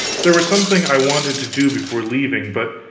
there was something i wanted to do before leaving, but